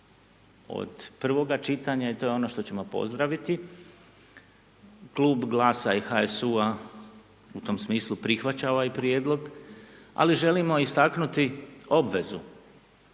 od prvoga čitanja i to je ono što ćemo pozdraviti, klub GLAS-a i HSU-a u tom smislu prihvaća ovaj prijedlog ali želimo istaknuti obvezu